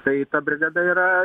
tai ta brigada yra